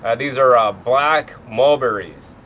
ah these are ah black mulberries.